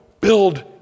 build